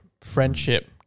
friendship